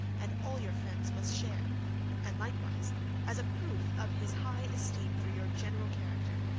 and all your friends, must share and likewise as a proof of his high esteem for your general character,